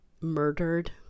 murdered